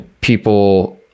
people